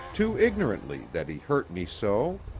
too ignorantly, that he hurt me so.